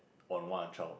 on want a child